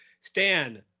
Stan